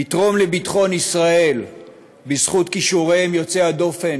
לתרום לביטחון ישראל בזכות כישוריהם יוצאי הדופן